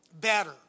Better